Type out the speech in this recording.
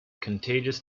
contagious